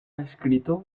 escrito